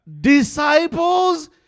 Disciples